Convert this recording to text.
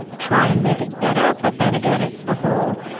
try and make it better, but then again, it's the whole.